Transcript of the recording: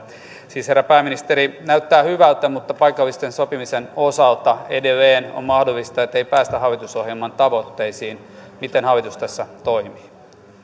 siis herra pääministeri näyttää hyvältä mutta paikallisen sopimisen osalta edelleen on mahdollista että ei päästä hallitusohjelman tavoitteisiin miten hallitus tässä toimii